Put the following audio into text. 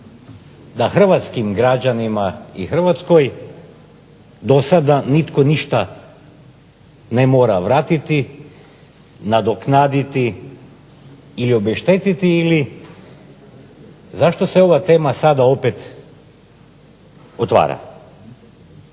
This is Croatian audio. da hrvatskim građanima i Hrvatskoj do sada nitko ništa ne mora vratiti, nadoknaditi ili obeštetiti ili zašto se ova tema sada opet otvara?